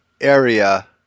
area